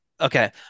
Okay